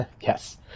yes